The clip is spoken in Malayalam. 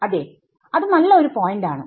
അതേ അത് നല്ല ഒരു പോയിന്റ് ആണ്